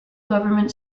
government